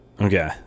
Okay